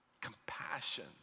compassion